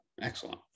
Excellent